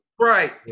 Right